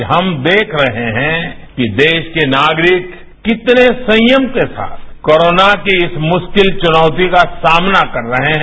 आज हम देख रहे हैं कि देश के नागरिक कितने संयम के साथ कोरोना की इस मुश्किल चुनौती का सामना कर रहे हैं